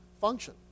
function